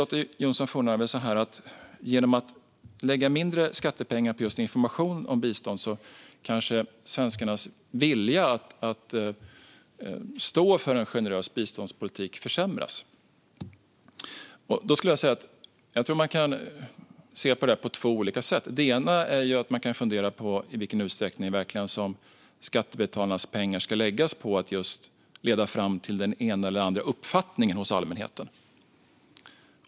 Lotta Johnsson Fornarve säger att svenskarnas vilja att stå upp för en generös biståndspolitik kanske försämras om vi lägger mindre skattepengar på just information om bistånd. Jag tror att man kan se på detta på olika sätt. Man kan till exempel fundera på i vilken utsträckning skattebetalarnas pengar verkligen ska läggas på att leda fram till den ena eller andra uppfattningen hos allmänheten.